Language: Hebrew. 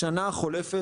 בשנה החולפת